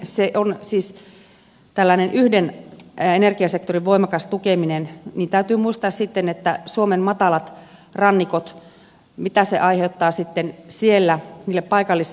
se siis tällaiseen yhden energiasektorin voimakkaaseen tukemiseen niin täytyy muistaa sitten suomen matalat rannikot että mitä se aiheuttaa sitten siellä niille paikallisvesistöille